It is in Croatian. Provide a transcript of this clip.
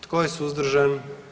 Tko je suzdržan?